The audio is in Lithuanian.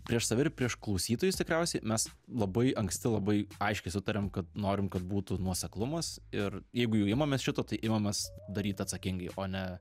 prieš save ir prieš klausytojus tikriausiai mes labai anksti labai aiškiai sutarėm kad norim kad būtų nuoseklumas ir jeigu jau imamės šito tai imamės daryt atsakingai o ne